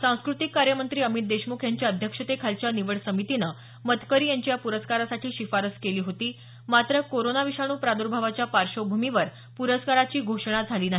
सांस्कृतिक कार्यमंत्री अमित देशमुख यांच्या अध्यक्षतेखालच्या निवड समितीनं मतकरी यांची या पुरस्कारासाठी शिफारस केली होती मात्र कोरोना विषाणू प्राद्र्भावाच्या पार्श्वभूमीवर पुरस्काराची घोषणा झाली नाही